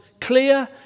clear